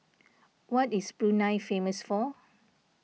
what is Brunei famous for